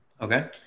okay